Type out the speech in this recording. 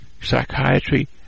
psychiatry